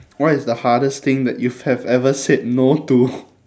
what is the hardest thing that you've have ever said no to